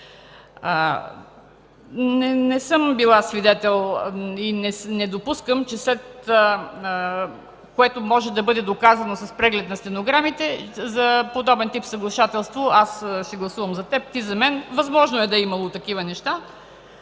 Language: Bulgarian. Не съм била свидетел, а и не допускам, което може да бъде доказано с преглед на стенограмите, подобен тип съглашателство: „Аз ще гласувам за теб, ти за мен”. Възможно е да е имало такива неща,